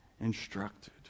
instructed